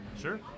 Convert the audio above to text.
Sure